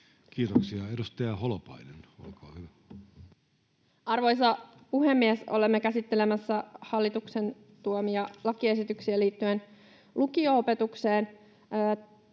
Kiitoksia. — Edustaja Holopainen, olkaa hyvä. Arvoisa puhemies! Olemme käsittelemässä hallituksen tuomia lakiesityksiä liittyen lukio-opetukseen.